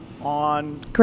on